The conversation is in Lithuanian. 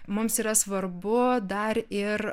mums yra svarbu dar ir